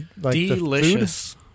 Delicious